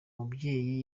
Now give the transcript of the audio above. mubyeyi